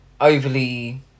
overly